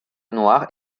noir